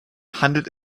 handelt